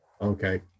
Okay